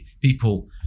People